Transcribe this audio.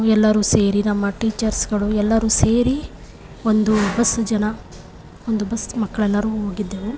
ಎಲ್ಲರೂ ಸೇರಿ ನಮ್ಮ ಟೀಚರ್ಸ್ಗಳು ಎಲ್ಲರೂ ಸೇರಿ ಒಂದು ಬಸ್ ಜನ ಒಂದು ಬಸ್ ಮಕ್ಕಳೆಲ್ಲರೂ ಹೋಗಿದ್ದೆವು